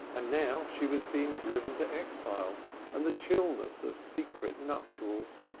and now she was being driven to exile and the chillness of secret nuptials.